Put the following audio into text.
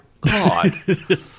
God